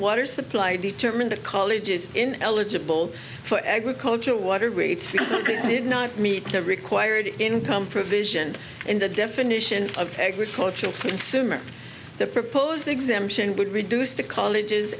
water supply determine the colleges in eligible for agricultural water weight need not meet the required income provision in the definition of agricultural consumers the proposed exemption would reduce the college